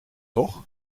toch